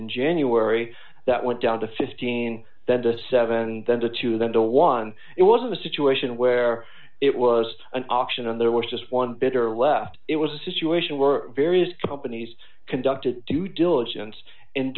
in january that went down to fifteen then to seven then to two then to one it was a situation where it was an auction and there was just one bitter left it was a situation were various companies conducted due diligence and